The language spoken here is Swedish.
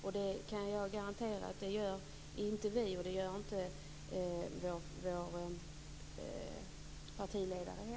Jag kan garantera att det gör inte vi, och det gör inte heller vår partiledare.